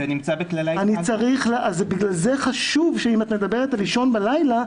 לכן חשוב שאם את מדברת על לישון בלילה,